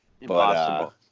Impossible